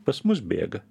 pas mus bėga